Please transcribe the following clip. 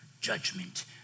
judgment